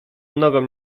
nogą